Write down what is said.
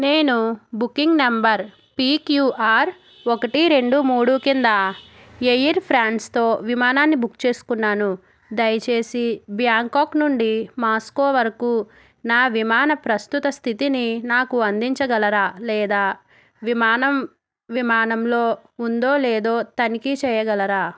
నేను booking number P Q R ఒకటి రెండు మూడు కింద ఎయిర్ ఫ్రాన్స్తో విమానాన్ని బుక్ చేసుకున్నాను దయచేసి బ్యాంకాక్ నుండి మాస్కో వరకు నా విమాన ప్రస్తుత స్థితిని నాకు అందించగలరా లేదా విమానం విమానంలో ఉందో లేదో తనిఖీ చేయగలరా